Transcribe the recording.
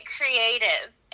creative